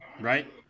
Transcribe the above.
Right